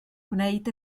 gwneud